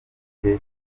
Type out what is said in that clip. ufite